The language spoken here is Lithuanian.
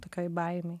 tokioj baimėj